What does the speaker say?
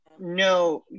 No